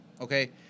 okay